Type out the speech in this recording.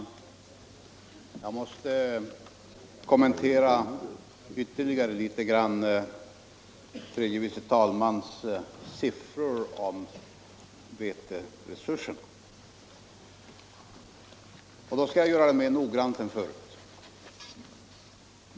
Herr talman! Jag måste ytterligare något kommentera tredje vice talmannens siffror om veteresurserna, och jag skall göra det mer noggrant än förut.